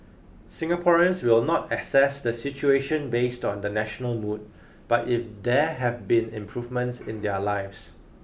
Singaporeans will not assess the situation based on the national mood but if there have been improvements in their lives